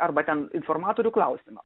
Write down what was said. arba ten informatorių klausimą